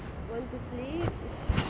want to sleep